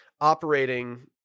operating